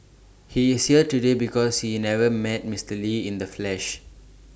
he is here today because he never met Mister lee in the flesh